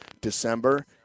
December